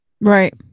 Right